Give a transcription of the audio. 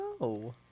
No